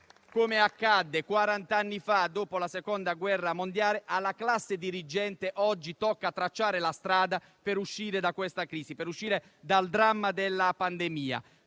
come accadde quarant'anni fa dopo la Seconda guerra mondiale, oggi alla classe dirigente tocca tracciare la strada per uscire da questa crisi e dal dramma della pandemia,